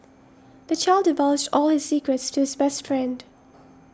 the child divulged all his secrets to his best friend